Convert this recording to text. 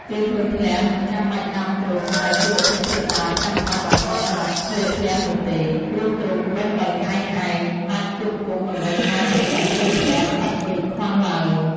អ្នកធ្វើធ្លះមិនចាំបាច់ដាំត្រុំដែលជាវត្ថុធាតុដើមចាំបាច់បំផុតសម្រាប់ធ្វើធ្លះនោះទេ ព្រោះត្រុំដុះដោយឯងៗ អាចផ្គត់ផ្គង់តម្រូវការនៃអ្នកធ្វើធ្លះឥតមានខ្វះឡើយ។